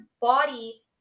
body